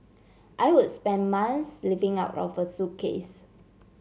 I would spend months living out of a suitcase